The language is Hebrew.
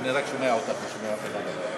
אני רק שומע אותך, לא שומע אף אחד אחר.